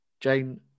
Jane